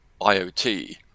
IoT